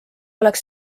oleks